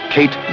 Kate